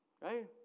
right